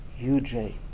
UJ